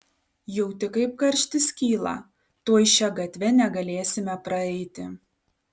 jauti kaip karštis kyla tuoj šia gatve negalėsime praeiti